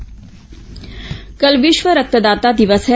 विश्व रक्तदाता दिवस कल विश्व रक्तदाता दिवस है